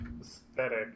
aesthetic